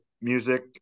music